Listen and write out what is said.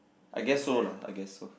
I guess so lah I guess so